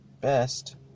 best